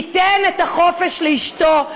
ייתן את החופש לאשתו,